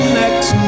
next